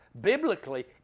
Biblically